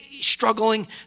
Struggling